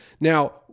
Now